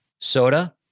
soda